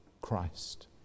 Christ